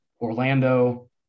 Orlando